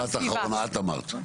משפט אחרון, את אמרת.